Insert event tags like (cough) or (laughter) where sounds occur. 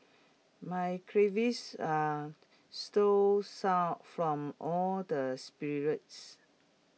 my (unintelligible) are sore some from all the spirits